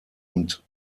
und